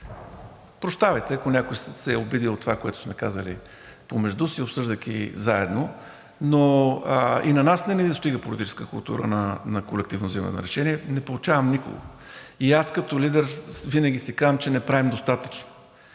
Прощавайте, ако някой се е обидил от това, което сме казали помежду си, обсъждайки заедно, но и на нас не ни достига политическа култура на колективно вземане на решения. Не поучавам никого. И аз като лидер винаги си казвам, че не правим достатъчно,